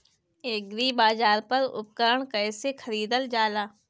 एग्रीबाजार पर उपकरण कइसे खरीदल जाला?